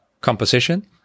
composition